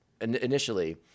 initially